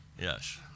Yes